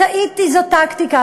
"טעיתי" זו טקטיקה,